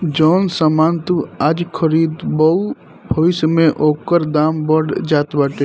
जवन सामान तू आज खरीदबअ भविष्य में ओकर दाम बढ़ जात बाटे